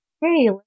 hey